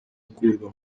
akurwa